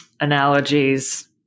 analogies